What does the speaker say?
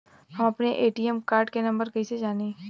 हम अपने ATM card के नंबर कइसे जानी?